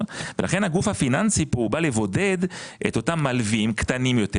לכן הגוף הפיננסי כאן בא לבודד את אותם מלווים קטנים יותר,